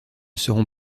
seront